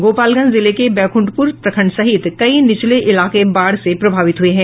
गोपालगंज जिले के बैकुंठपुर प्रखंड सहित कई निचले इलाके बाढ़ से प्रभावित हुए हैं